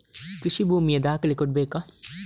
ಕೃಷಿ ಭೂಮಿಯ ದಾಖಲೆ ಕೊಡ್ಬೇಕಾ?